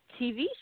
TV